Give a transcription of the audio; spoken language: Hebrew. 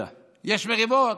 יש מריבות,